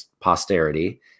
posterity